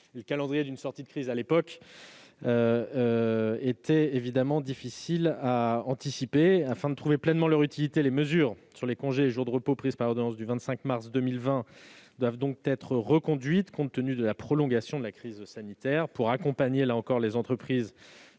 Le calendrier d'une sortie de crise, à l'époque, était évidemment difficile à anticiper. Afin de trouver pleinement leur utilité, les mesures sur les congés et jours de repos prises par ordonnance du 25 mars 2020 doivent donc être reconduites, compte tenu de la prolongation de la crise sanitaire, pour accompagner les entreprises